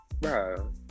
bro